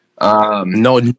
No